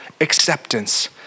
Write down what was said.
acceptance